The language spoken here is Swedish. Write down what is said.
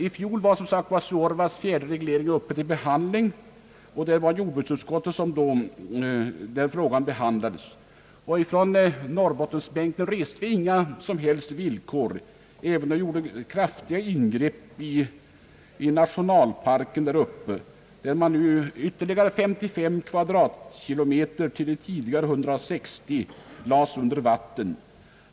I fjol var som sagt Suorvas fjärde reglering uppe till behandling, och det var jordbruksutskottet som då behandlade den frågan. Ifrån norrbottensbänken restes inga som helst villkor, trots att det gjordes kraftiga ingrepp i nationalparken där uppe, när ytterligare 55 kvadratkilometer utöver tidigare 160 kvadratkilometer lades under vatten.